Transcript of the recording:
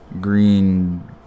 Green